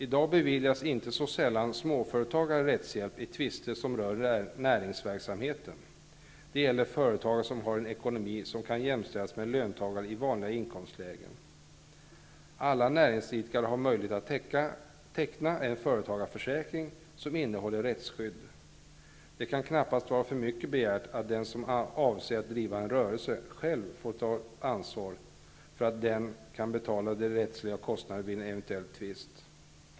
I dag beviljas småföretagare inte så sällan rättshjälp vid tvister som rör näringsverksamheten. Det gäller företagare som har en ekonomi som kan jämställas med en löntagares i vanliga inkomstlägen. Alla företagare har möjlighet att teckna en företagarförsäkring som omfattar rättsskydd. Det kan knappast vara för mycket begärt att den som avser att driva en rörelse själv får ta ansvar för de rättsliga kostnader som kan uppstå vid en eventuell tvist.